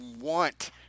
want